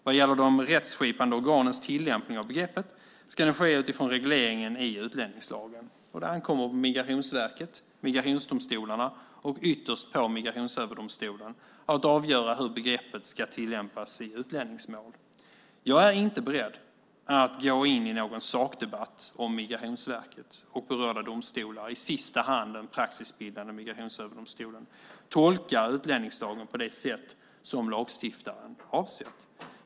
Vad gäller de rättskipande organens tillämpning av begreppet ska den ske utifrån regleringen i utlänningslagen. Det ankommer på Migrationsverket, migrationsdomstolarna och ytterst på Migrationsöverdomstolen att avgöra hur begreppet ska tillämpas i utlänningsmål. Jag är inte beredd att gå in i någon sakdebatt om huruvida Migrationsverket och berörda domstolar, i sista hand den praxisbildande Migrationsöverdomstolen, tolkar utlänningslagen på det sätt som lagstiftaren avsett.